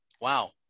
Wow